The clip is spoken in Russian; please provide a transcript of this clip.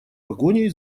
погоней